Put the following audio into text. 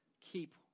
keep